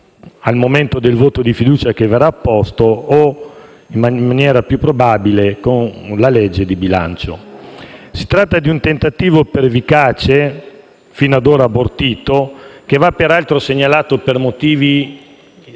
al momento del voto di fiducia che verrà posto o, più probabilmente, durante la discussione della legge di bilancio. Si tratta di un tentativo pervicace, fino ad ora abortito, che va peraltro segnalato per motivi